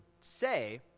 say